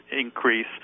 increase